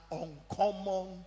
uncommon